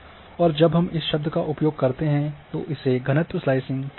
और जब हम इस शब्द का उपयोग करते हैं तो इसे घनत्व स्लाइसिंग कहते हैं